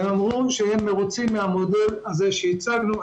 הם אמרו שהם מרוצים מהמודל שהצגנו.